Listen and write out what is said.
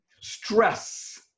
Stress